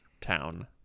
town